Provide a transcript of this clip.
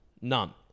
none